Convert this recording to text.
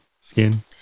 skin